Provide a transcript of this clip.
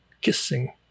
kissing